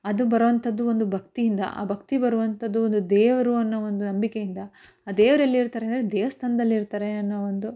ಅದು ಬರೋಂಥದ್ದು ಒಂದು ಭಕ್ತಿಯಿಂದ ಆ ಭಕ್ತಿ ಬರುವಂಥದ್ದು ಒಂದು ದೇವರು ಅನ್ನೋ ಒಂದು ನಂಬಿಕೆಯಿಂದ ಆ ದೇವರೆಲ್ಲಿರ್ತಾರೆ ಅಂದರೆ ದೇವಸ್ಥಾನದಲ್ಲಿರ್ತಾರೆ ಅನ್ನೋ ಒಂದು